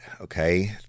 Okay